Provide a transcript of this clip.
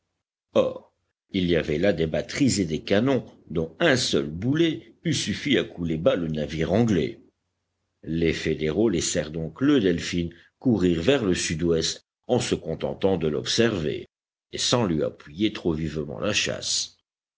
il y avait là des batteries et des canons dont un seul boulet eût suffi à couler bas le navire anglais les fédéraux laissèrent donc le delphin courir vers le sud-ouest en se contentant de l'observer et sans lui appuyer trop vivement la chasse